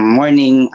morning